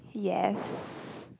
yes